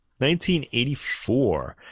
1984